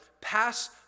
pass